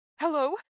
Hello